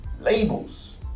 Labels